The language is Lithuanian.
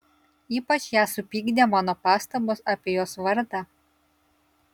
ypač ją supykdė mano pastabos apie jos vardą